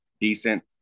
decent